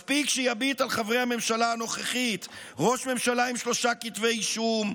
מספיק שיביט על חברי הממשלה הנוכחית: ראש ממשלה עם שלושה כתבי אישום,